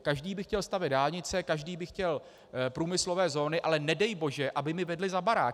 Každý by chtěl stavět dálnice, každý by chtěl průmyslové zóny, ale nedej bože, aby mi vedly za barákem.